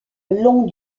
long